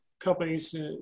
companies